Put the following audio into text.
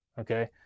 Okay